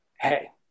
hey